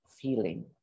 feeling